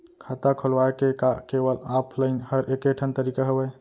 खाता खोलवाय के का केवल ऑफलाइन हर ऐकेठन तरीका हवय?